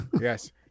Yes